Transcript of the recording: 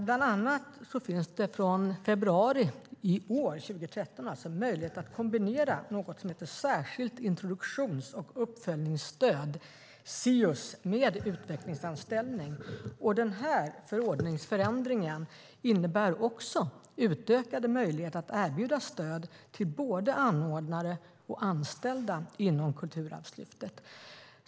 Bland annat finns det från februari i år möjlighet att kombinera något som heter särskilt introduktions och uppföljningsstöd, Sius, med utvecklingsanställning. Den här förordningsförändringen innebär också utökade möjligheter att erbjuda stöd till både anordnare och anställda inom Kulturarvslyftet.